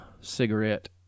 cigarette